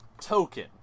token